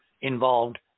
involved